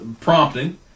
prompting